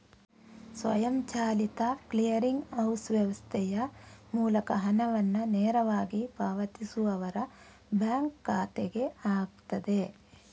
ಸ್ವಯಂಚಾಲಿತ clearing house ವ್ಯವಸ್ಥೆಯ ಮೂಲಕ ಹಣವನ್ನ ನೇರವಾಗಿ ಪಾವತಿಸುವವರ ಬ್ಯಾಂಕ್ ಖಾತೆಗೆ ಹಾಕ್ತದೆ